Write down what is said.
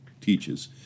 teaches